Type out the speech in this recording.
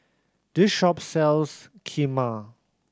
this shop sells Kheema